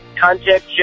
contact